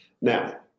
Now